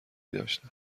داشتند